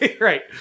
Right